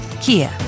Kia